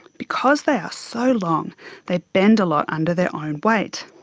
because they are so long they bend a lot under their own weight.